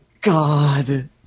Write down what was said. God